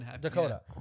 Dakota